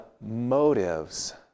motives